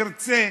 נרצה,